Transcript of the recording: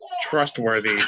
trustworthy